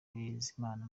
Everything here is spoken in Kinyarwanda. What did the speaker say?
bizimana